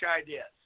ideas